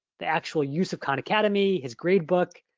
the actual use of khan academy, his grade book,